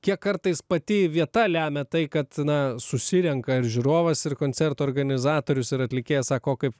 kiek kartais pati vieta lemia tai kad na susirenka ir žiūrovas ir koncerto organizatorius ir atlikėjas sako o kaip